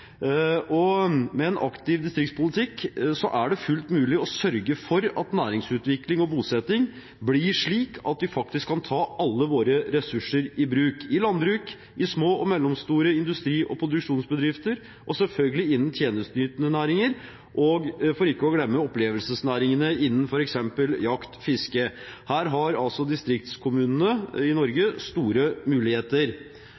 faktisk kan ta alle våre ressurser i bruk – i landbruk, i små og mellomstore industri- og produksjonsbedrifter og selvfølgelig innen tjenesteytende næringer, for ikke å glemme opplevelsesnæringene, innen f.eks. jakt og fiske. Her har distriktskommunene i